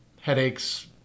headaches